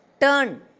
turn